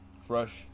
fresh